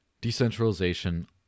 decentralization